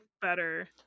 better